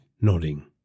nodding